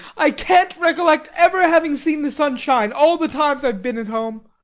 i can't recollect ever having seen the sun shine all the times i've been at home.